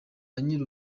nyiri